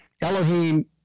Elohim